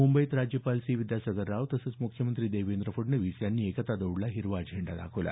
मुंबईत राज्यपाल सी विद्यासागर राव तसंच मुख्यमंत्री देवेंद्र फडणवीस यांनी एकता दौडला हिरवा झेंडा दाखवला